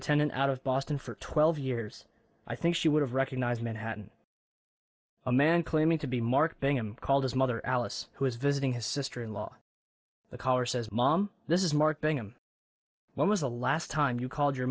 attendant out of boston for twelve years i think she would have recognized manhattan a man claiming to be mark bingham called his mother alice who was visiting his sister in law the caller says mom this is mark bingham when was the last time you called your